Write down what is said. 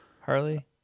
Harley